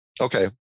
Okay